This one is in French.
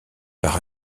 par